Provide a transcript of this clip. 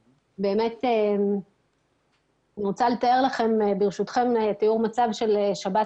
אני רוצה לתאר לכם ברשותכם תיאור מצב של שבת